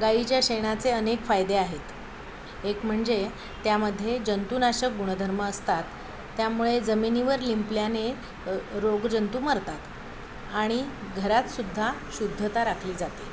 गाईच्या शेणाचे अनेक फायदे आहेत एक म्हणजे त्यामध्ये जंतुनाशक गुणधर्म असतात त्यामुळे जमिनीवर लिंपल्याने रोगजंतू मरतात आणि घरातसुद्धा शुद्धता राखली जाते